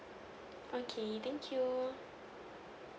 okay thank you